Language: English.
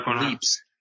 leaps